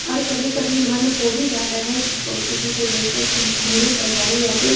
और कभी कभी मन हो भी जाता है कि तो किसी को देख कर कि हम भी बजाएँ या फिर